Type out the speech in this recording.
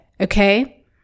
okay